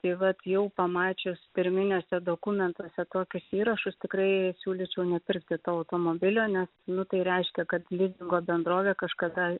tai vat jau pamačius pirminiuose dokumentuose tokius įrašus tikrai siūlyčiau nepirkti to automobilio nes nu tai reiškia kad lizingo bendrovė kažkada